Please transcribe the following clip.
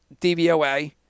DVOA